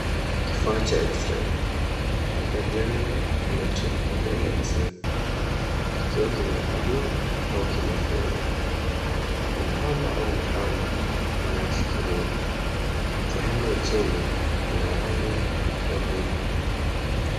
Kifaa cha X-ray labda general electric mobile x-ray kikiwa kimehifadhiwa au kimefungwa na kuna kamba au mikanda inayoishikilia. Sehemu ya chini ina rangi ya buluu.